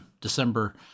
December